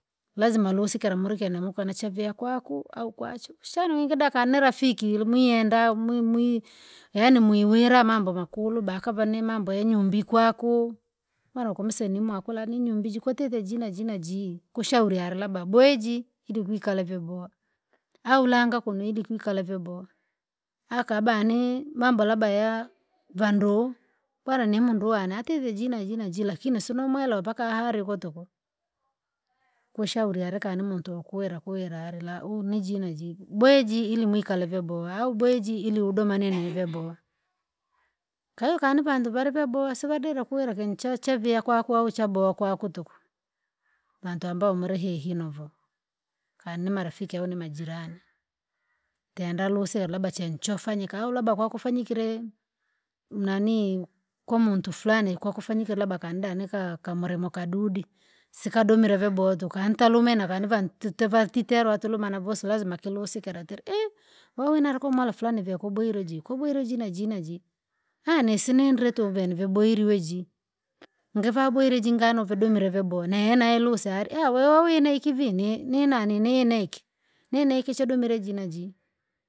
Lazima kusikira mure chenye mokona chaviha kwaku awu kwachu, wakashana wingi nakonirafiki mweyenda yani mwiwina mambo makulu bakava ni mambo yanyumbi kwaku mara wawkamseya lani nyumbi kwatite jii jii najii kushauri labda baya jiii ili kwikale vyaboha awu langa kunu ili kwikale vyaboha au bakoni ni mambo labda ya vanduu bwana ni munduu wanii atite ji ji najii lakini siriomwelewa mpaka haha arikwi tuku, kuchauri ari kanimuntu wakuwira kuwira ari la uhu ni jii na jii boya ji ili kwikale vyabaha, boya jii ili udomanye neye kwahiyo kanivantu vari vyaboha sivari dira kukuwira chaviha au kwaku au caboha kwaku tuku vantu ambao muri hehi novo kani marafiki au nimajirani tenda husikira chechofanyika au labda kwakwafanyikire nani kwamuntu fulani kwafanyikire labda kani dakamurimo kadudi sikadamire vyabooha tuku kani talumine titerwa vosi lazima tilusike ihi wamine hasa kwamwamwala fulani vyekwabo yire jii kwaboyire jii najii aah nsinendire tuku vene vyabohiriwe jii ngiva aboyire jii ngiva novyadamire vyaboha nayeye lalusa an aah wewe wawine iki vii ni nani ni nine iki nine iki chadomire jii na jii.